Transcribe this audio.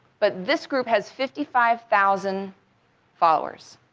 but this group has fifty five thousand followers.